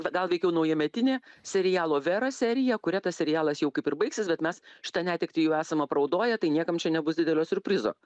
gal veikiau naujametinė serialo vera serija kuria tas serialas jau kaip ir baigsis bet mes šitą netektį jau esam apraudoję tai niekam čia nebus didelio siurprizo